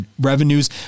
revenues